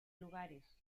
lugares